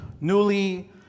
Newly